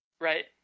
Right